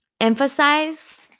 emphasize